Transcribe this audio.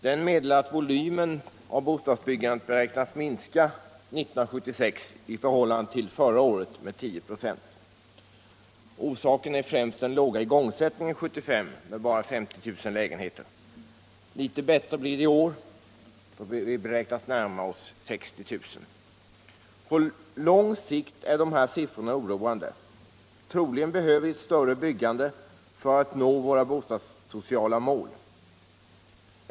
Den meddelar att volymen av bostadsbyggandet beräknas minska 1976 i förhållande till förra året med 10 96. Orsaken är främst den låga igångsättningen 1975, bara 50 000 lägenheter. Litet bättre blir det i år, då vi beräknas närma oss 60 000. På lång sikt är dessa siffror oroande. Troligen behöver vi ett större byggande för att nå våra bostadssociala mål.